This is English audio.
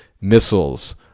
missiles